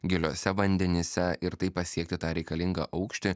giliuose vandenyse ir taip pasiekti tą reikalingą aukštį